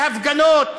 בהפגנות.